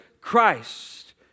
Christ